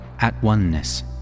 at-oneness